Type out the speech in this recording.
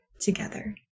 together